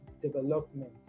development